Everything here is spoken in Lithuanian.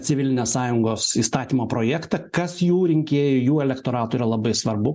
civilinės sąjungos įstatymo projektą kas jų rinkėjui elektoratui yra labai svarbu